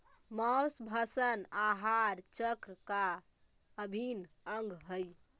माँसभक्षण आहार चक्र का अभिन्न अंग हई